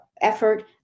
effort